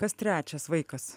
kas trečias vaikas